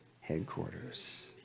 headquarters